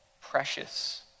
precious